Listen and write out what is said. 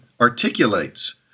articulates